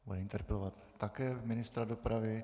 Bude interpelovat také ministra dopravy.